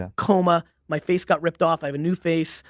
ah coma, my face got ripped off, i have a new face,